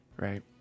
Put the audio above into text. right